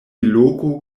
loko